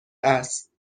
است